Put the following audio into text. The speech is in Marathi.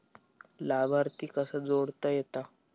लाभार्थी कसा जोडता येता?